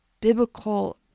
biblical